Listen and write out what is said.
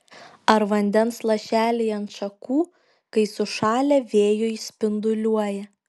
ar vandens lašeliai ant šakų kai sušalę vėjuj spinduliuoja